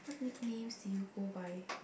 nicknames do you go by